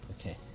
Okay